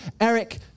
Eric